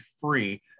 free